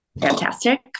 fantastic